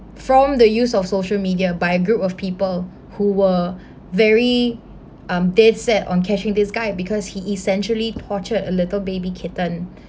from the use of social media by a group of people who were very um dead set on catching this guy because he essentially tortured a little baby kitten